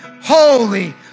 holy